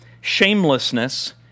shamelessness